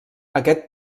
aquest